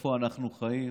איפה אנחנו חיים